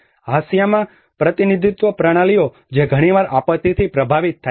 હાંસિયામાં પ્રતિનિધિત્વ પ્રણાલીઓ જે ઘણીવાર આપત્તિથી પ્રભાવિત થાય છે